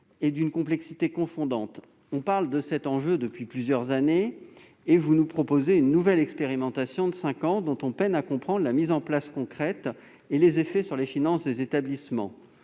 est d'une complexité confondante. On parle de cet enjeu depuis plusieurs années et vous nous proposez une nouvelle expérimentation de cinq ans dont on peine à comprendre la mise en place concrète et les effets sur les finances des établissements.